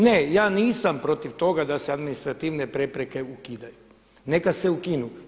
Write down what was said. Ne ja nisam protiv toga da se administrativne prepreke ukidaju, neka se ukinu.